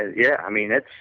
yeah, i mean it's